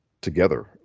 together